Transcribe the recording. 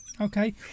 Okay